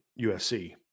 USC